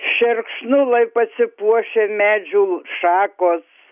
šerkšnu lai pasipuošia medžių šakos